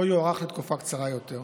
או יוארך לתקופה קצרה יותר.